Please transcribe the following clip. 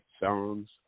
songs